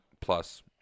plus